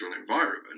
environment